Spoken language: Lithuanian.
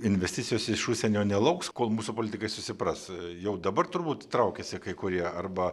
investicijos iš užsienio nelauks kol mūsų politikai susipras jau dabar turbūt traukiasi kai kurie arba